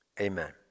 amen